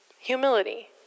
humility